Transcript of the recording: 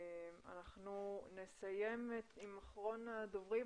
אנחנו נסיים עם אחרון הדוברים,